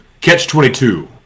Catch-22